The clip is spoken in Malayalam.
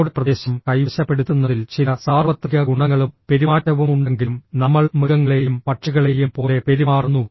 നമ്മുടെ പ്രദേശം കൈവശപ്പെടുത്തുന്നതിൽ ചില സാർവത്രിക ഗുണങ്ങളും പെരുമാറ്റവും ഉണ്ടെങ്കിലും നമ്മൾ മൃഗങ്ങളെയും പക്ഷികളെയും പോലെ പെരുമാറുന്നു